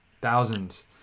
Thousands